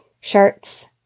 shirts